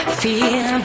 feel